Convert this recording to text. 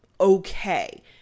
okay